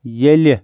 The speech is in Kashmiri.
ییٚلہِ